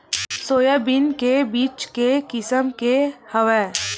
Soybean के बीज के किसम के हवय?